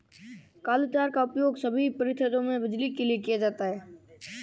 काली तार का उपयोग सभी परिपथों में बिजली के लिए किया जाता है